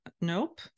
Nope